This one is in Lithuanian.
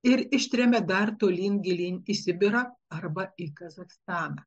ir ištremia dar tolyn gilyn į sibirą arba į kazachstaną